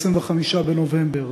25 בנובמבר,